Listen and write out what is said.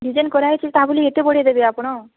design କରାହେଇଛି ତା ବୋଲି ଏତେ ବଢ଼ାଇଦେବେ ଆପଣ